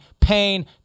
pain